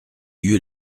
eut